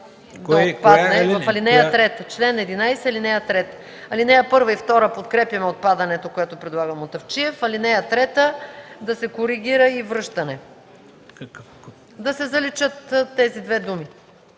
да се заличат тези две думи